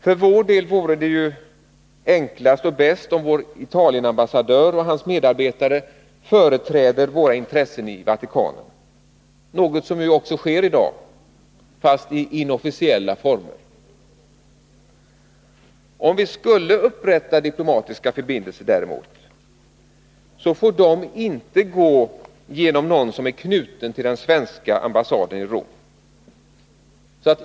För vår del vore det enklast och bäst om Italienambassadören och hans medarbetare företräder våra intressen i Vatikanen — något som ju också sker i dag fast i inofficiella former. Om vi däremot skulle upprätta diplomatiska förbindelser får de inte gå genom någon som är knuten till den svenska ambassaden i Rom.